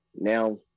Now